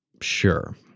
sure